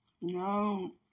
no